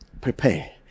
Prepare